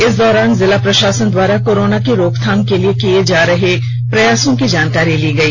इस दौरान जिला प्रशासन द्वारा कोरोना की रोकथाम के लिए किए जा रहे प्रयासों की जानकारी ली गई